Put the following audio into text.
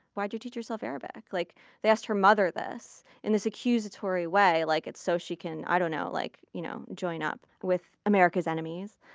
why'd you teach yourself arabic? like they asked her mother this in this accusatory way, like it's so she can, i don't know, like you know join up with america's enemies.